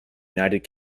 united